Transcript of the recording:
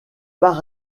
par